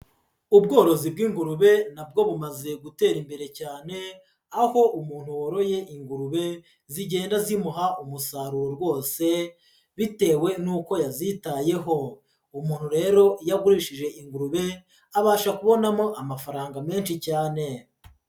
Ubworozi bw'ingurube na bwo bumaze gutera imbere cyane, aho umuntu woroye ingurube, zigenda zimuha umusaruro rwose bitewe n'uko yazitayeho, umuntu rero iyo agurishije ingurube, abasha kubonamo amafaranga menshi cyane.